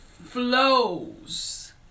flows